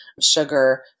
sugar